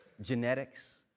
genetics